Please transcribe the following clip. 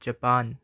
Japan